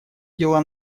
дела